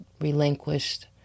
relinquished